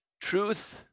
Truth